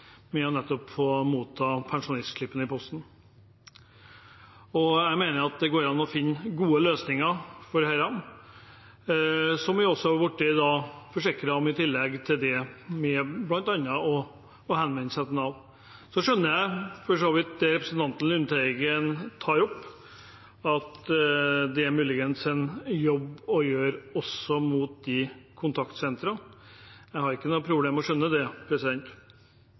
med nettopp å få pensjonsslippen i posten. Jeg mener at det går an å finne gode løsninger på dette, som vi også har blitt forsikret om, i tillegg til bl.a. det med å henvende seg til Nav. Jeg skjønner for så vidt det representanten Lundteigen tar opp, at det muligens er en jobb å gjøre også med tanke på kontaktsentrene. Jeg har ikke noe problem med å skjønne det.